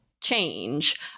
change